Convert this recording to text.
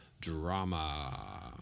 Drama